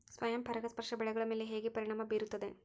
ಸ್ವಯಂ ಪರಾಗಸ್ಪರ್ಶ ಬೆಳೆಗಳ ಮೇಲೆ ಹೇಗೆ ಪರಿಣಾಮ ಬೇರುತ್ತದೆ?